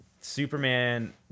Superman